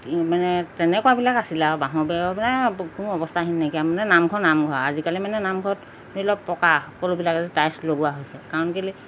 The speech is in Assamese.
মানে তেনেকুৱাবিলাক আছিলে আৰু বাঁহ' বেৰবিলাক কোনো অৱস্থাখিনি নেকি মানে নামঘৰ নামঘ আজিকালি মানে নামঘৰত ধৰি লওক পকা সকলোবিলাকে টাইল্চ লগোৱা হৈছে কাৰণ কেলে